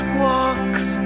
walks